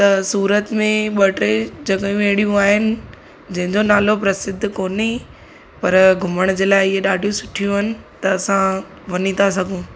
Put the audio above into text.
त सूरत में ॿ टे जॻहियूं अहड़ियूं आहिनि जंहिंजो नालो प्रसिद्ध कोन्हे पर घुमण जे लाइ इहे ॾाढियूं सुठियूं आहिनि त असां वञी था सघूं